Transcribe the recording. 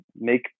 make